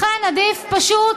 לכן, עדיף פשוט